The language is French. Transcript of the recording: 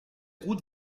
route